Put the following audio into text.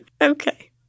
Okay